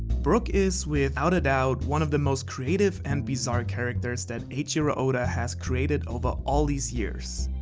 brook is without a doubt one of the most creative and bizarre character's that eiichiro oda has created over all these years.